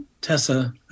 Tessa